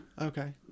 Okay